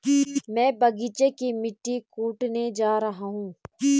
मैं बगीचे की मिट्टी कोडने जा रहा हूं